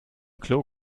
klo